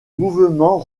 mouvement